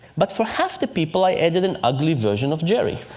but for half the people, i added an ugly version of jerry.